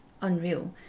unreal